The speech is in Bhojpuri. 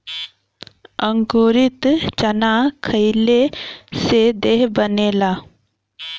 अंकुरित चना खईले से देह बनेला